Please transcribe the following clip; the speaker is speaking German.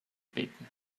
beten